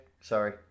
Sorry